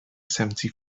seventy